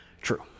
True